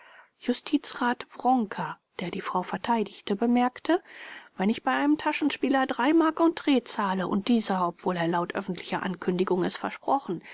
justizrat wronker der die frau verteidigte bemerkte wenn ich bei einem taschenspieler drei mark entree zahle und dieser obwohl er laut öffentlicher ankündigung es versprochen